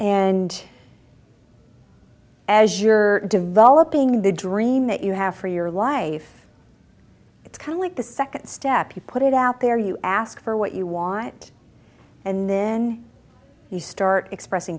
and as you're developing the dream that you have for your life it's kind of like the second step you put it out there you ask for what you want and then you start expressing